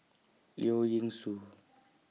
Leong Yee Soo